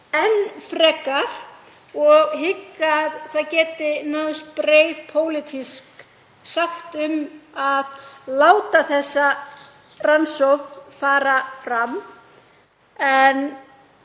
enn frekar og hygg að náðst geti breið pólitísk sátt um að láta þessa rannsókn fara fram. En